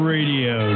Radio